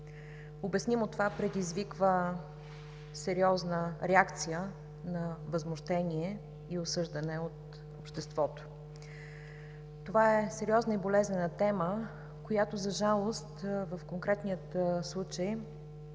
Обяснимо това предизвиква сериозна реакция на възмущение и осъждане от обществото. Това е сериозна и болезнена тема, която за жалост в конкретния и случай